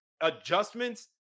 adjustments